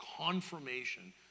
confirmation